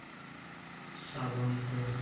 ᱥᱟᱵᱚᱱ ᱠᱚ